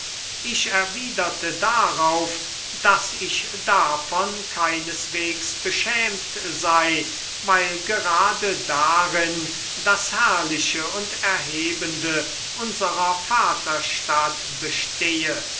ich erwiderte darauf daß ich davon keineswegs beschämt sei weil gerade darin das herrliche und erhebende unserer vaterstadt bestehe